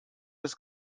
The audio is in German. ist